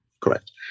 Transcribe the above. Correct